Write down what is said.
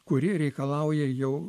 kuri reikalauja jau